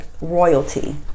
royalty